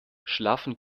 schlafen